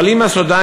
אבל אם הסודאנים,